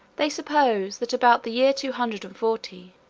they suppose, that about the year two hundred and forty,